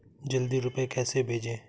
जल्दी रूपए कैसे भेजें?